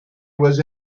was